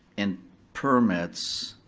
and permits,